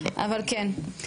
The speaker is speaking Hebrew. אבל כן.